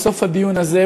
בסוף הדיון הזה,